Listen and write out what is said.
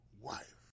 wife